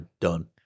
done